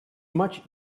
much